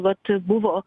vat buvo